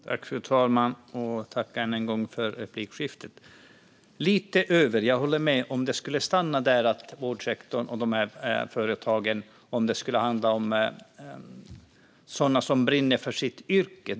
Fru talman! Tack än en gång, Ann-Charlotte Hammar Johnsson, för replikskiftet! "Lite över" - jag håller med om det om det skulle stanna vid att det handlar om sådana som brinner för sitt yrke i vårdsektorn och de här företagen.